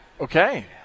Okay